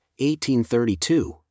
1832